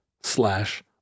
slash